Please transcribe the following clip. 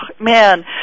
man